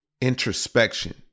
introspection